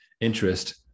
interest